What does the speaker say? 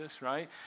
right